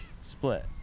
Split